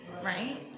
Right